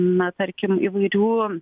na tarkim įvairių